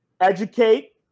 educate